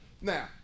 Now